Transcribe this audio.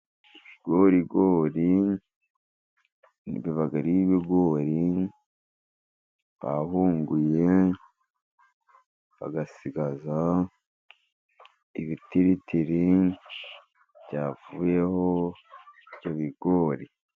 Ibigorigori biba ari ibigori bahunguye, bagasigaza ibitiritiri byavuyeho ibyo bigori.